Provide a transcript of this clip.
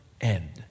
end